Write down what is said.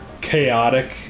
chaotic